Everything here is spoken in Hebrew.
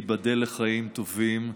תיבדל לחיים טובים,